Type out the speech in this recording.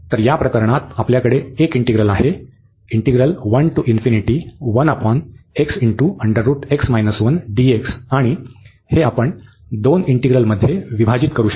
तर या प्रकरणात आपल्याकडे एक इंटिग्रल आहे आणि हे आपण दोन इंटिग्रलमध्ये विभाजित करू शकतो